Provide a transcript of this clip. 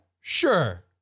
Sure